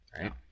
right